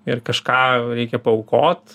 ir kažką reikia paaukot